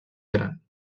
gran